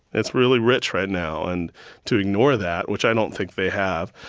it's really rich right now. and to ignore that, which i don't think they have,